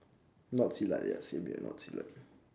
not silat ya same here not silat